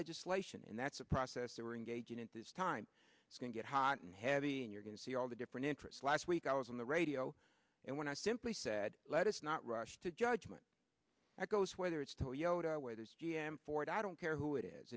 legislation and that's a process that we're engaging in this time it's going get hot and heavy and you're going to see all the different interests last week i was on the radio and when i simply said let us not rush to judgment that goes whether it's toyota where there's g m ford i don't care who it is